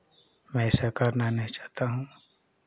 मैं ऐसा करना नहीं चाहता हूँ